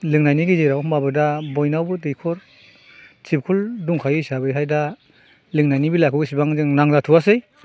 लोंनायनि गेजेराव होनब्लाबो दा बयनावबो दैखर थिबखल दंखायो हिसाबैहाय दा लोंनायनि बेलाखौ एसेबां जों नांजाथ'वासै